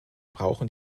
brauchen